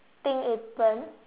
pink apron